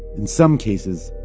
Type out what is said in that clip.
in some cases,